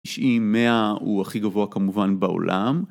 90, 100, הוא הכי גבוה כמובן בעולם.